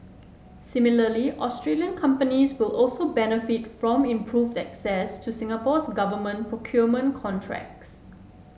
similarly Australian companies will also benefit from improved access to Singapore's government procurement contracts